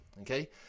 Okay